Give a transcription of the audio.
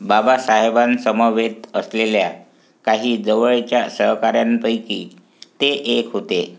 बाबासाहेबांसमवेत असलेल्या काही जवळच्या सहकाऱ्यांपैकी ते एक होते